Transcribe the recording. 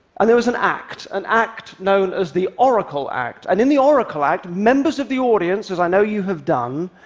and there was an act, an act known as the oracle oracle act. and in the oracle act, members of the audience, as i know you have done,